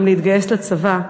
גם להתגייס לצבא.